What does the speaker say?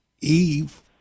Eve